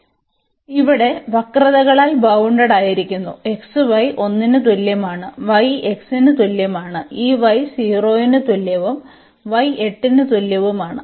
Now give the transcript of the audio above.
അതിനാൽ ഇവിടെ വക്രതകളാൽ ബൌണ്ടഡായിരിക്കുന്നു xy 1 ന് തുല്യമാണ് y x ന് തുല്യമാണ് ഈ y 0 ന് തുല്യവും y 8 ന് തുല്യവുമാണ്